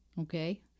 Okay